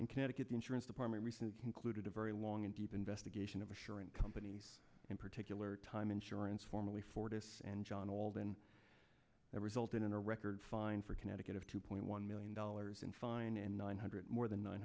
in connecticut the insurance department recently concluded a very long and deep investigation of assuring companies in particular time insurance formally fortis and john all than the resulting in a record fine for connecticut of two point one million dollars in fines and nine hundred more than